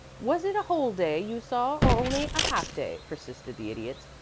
was it a whole day you saw, or only a half-day? persisted the idiot.